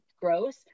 gross